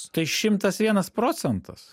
tai šimtas vienas procentas